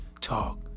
talk